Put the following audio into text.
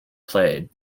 played